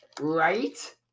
Right